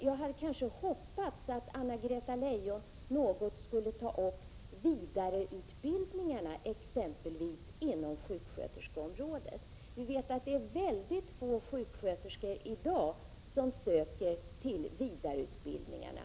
Jag hade emellertid hoppats att Anna-Greta Leijon något skulle ta upp vidareutbildningarna, exempelvis inom sjuksköterskeområdet. Vi vet att det i dag är ytterst få sjuksköterskor som söker till vidareutbildningarna.